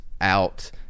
out